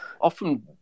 often